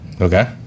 Okay